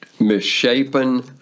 misshapen